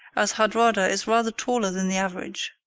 as hardrada is rather taller than the average,